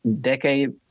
decade